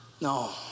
No